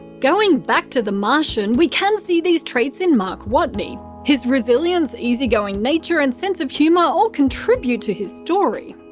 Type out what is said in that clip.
going back to the martian, we can see these traits in mark watney. his resilience, easy going nature and sense of humour all contribute to his story.